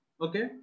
Okay